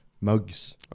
Mugs